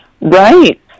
Right